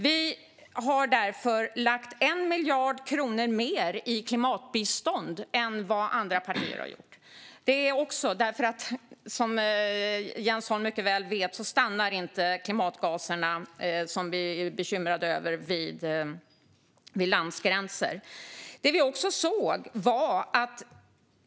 Vi har därför lagt 1 miljard kronor mer i klimatbistånd än vad andra partier har gjort, för som Jens Holm mycket väl vet stannar inte de klimatgaser vi är bekymrade över vid landsgränser.